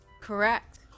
Correct